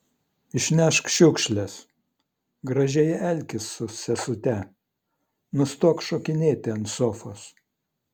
išnešk šiukšles gražiai elkis su sesute nustok šokinėti ant sofos